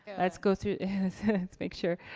and let's go through, let's make sure.